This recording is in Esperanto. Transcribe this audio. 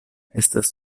estas